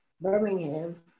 Birmingham